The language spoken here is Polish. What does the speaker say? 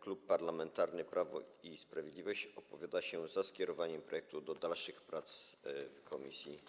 Klub Parlamentarny Prawo i Sprawiedliwość opowiada się za skierowaniem tego projektu do dalszych prac w komisji.